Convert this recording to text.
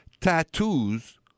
Tattoos